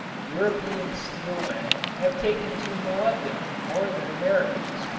european steel men have taken to molybdenum more than americans.